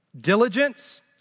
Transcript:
diligence